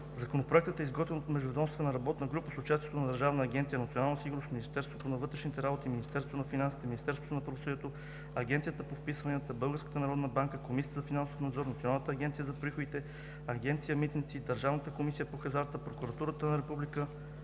Законопроектът е изготвен от Междуведомствена работна група с участието на Държавна агенция „Национална сигурност“, Министерството на вътрешните работи, Министерството на финансите, Министерството на правосъдието, Агенцията по вписванията, Българската народна банка, Комисията за финансов надзор, Националната агенция за приходите, Агенция „Митници“, Държавната комисия по хазарта, Прокуратурата на Република